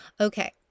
Okay